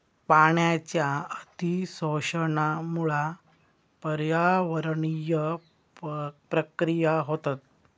पाण्याच्या अती शोषणामुळा पर्यावरणीय प्रक्रिया होतत